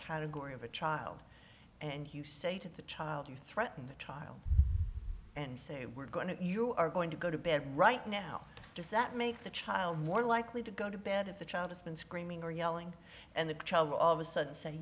category of a child and you say to the child you threaten the child and say we're going to you are going to go to bed right now does that make the child more likely to go to bed if the child has been screaming or yelling and the child all of a sudden say